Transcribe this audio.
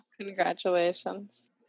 Congratulations